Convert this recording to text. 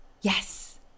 Yes